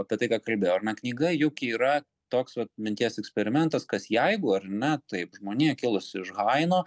apie tai ką kalbėjau ar ne knyga juk yra toks vat minties eksperimentas kas jeigu ar ne taip žmonija kilusi iš haino